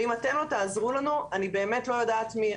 ואם אתם לא תעזרו לנו, אני באמת לא יודעת מי.